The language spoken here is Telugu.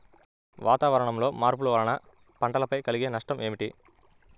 వాతావరణంలో మార్పుల వలన పంటలపై కలిగే నష్టం ఏమిటీ?